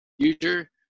future